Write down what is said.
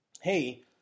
Hey